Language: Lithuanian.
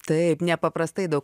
taip nepaprastai daug